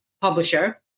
publisher